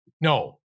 No